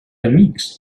amics